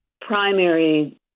primary